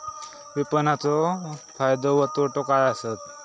विपणाचो फायदो व तोटो काय आसत?